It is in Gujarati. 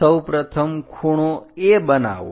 સૌપ્રથમ ખૂણો A બનાવો